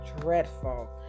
dreadful